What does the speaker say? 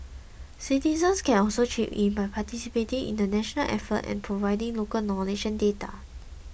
citizens can also chip in by participating in the national effort and providing local knowledge and data